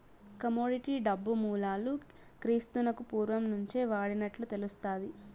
commodity డబ్బు మూలాలు క్రీస్తునకు పూర్వం నుంచే వాడినట్లు తెలుస్తాది